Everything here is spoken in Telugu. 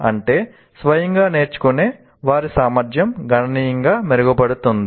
అంటే స్వయంగా నేర్చుకునే వారి సామర్థ్యం గణనీయంగా మెరుగుపడుతుంది